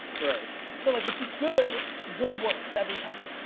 right. so like if you're good, good works every time.